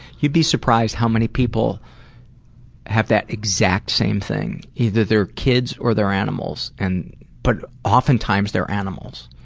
you'd be surprised how many people have that exact same thing. either their kids or their animals. and but oftentimes their animals.